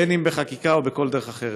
אם בחקיקה ואם בכל דרך אחרת.